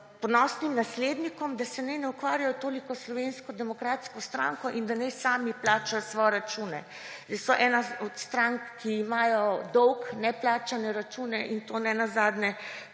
ponosnim naslednikom, da se naj ne ukvarjajo toliko s Slovensko demokratsko stranko in da naj sami plačajo svoje račune. So ena od strank, ki imajo dolg, neplačane račune, in to nenazadnje